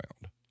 found